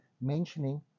mentioning